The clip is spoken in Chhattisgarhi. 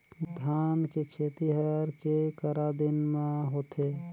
धान के खेती हर के करा दिन म होथे?